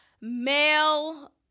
male